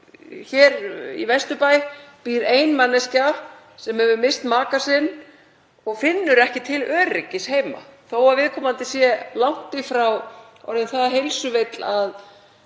í Vesturbæ býr ein manneskja sem hefur misst maka sinn og finnur ekki til öryggis heima þó að viðkomandi sé langt í frá orðinn það heilsuveill að